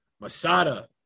Masada